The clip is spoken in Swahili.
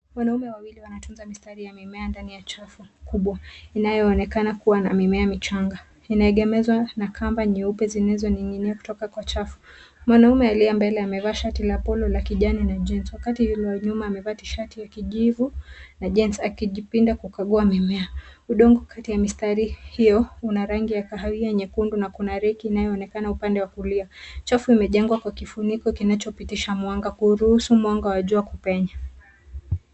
Wanaume wawili wanatunza mimea ndani ya chafu kubwa inayoonekana kuwa na mimea michanga inaegemezwa na kamba nyeupe zilizoning'inia kutoka kwa chafu. Mwanaume aliye mbele amevaa shati la polo la kijani na jeans wakati yule wa nyuma amevaa tishati ya kijivu na jeans akijipinda kukagua mimea. Udongo kati ya mistari hiyo una rangi ya kahawia nyekundu na kuna reki inayoonekana upande wa kulia. Chafu imejengwa kwa kifuniko kinachopitisha mwanga kuuruhusu mwanga wa jua kupenya.